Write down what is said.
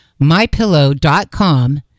mypillow.com